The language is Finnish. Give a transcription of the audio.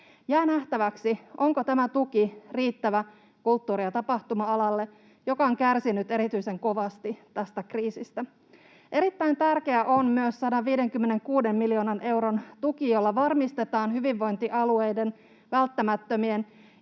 Jää nähtäväksi, onko tämä tuki riittävä kulttuuri- ja tapahtuma-alalle, joka on kärsinyt erityisen kovasti tästä kriisistä. Erittäin tärkeää on myös 156 miljoonan euron tuki, jolla varmistetaan hyvinvointialueiden välttämättömien